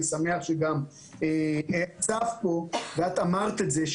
אני שמח שגם אסף פה ואת אמרת את זה,